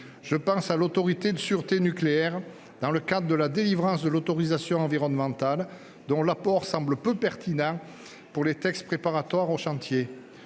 Je pense à l'avis de l'Autorité de sûreté nucléaire, dans le cadre de la délivrance de l'autorisation environnementale, dont l'apport semble peu pertinent pour les aspects préparatoires au chantier.